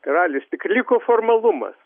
karalius tik liko formalumas